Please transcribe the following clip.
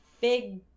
big